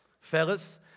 Fellas